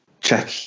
Check